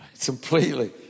completely